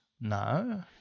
No